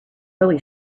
really